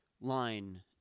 line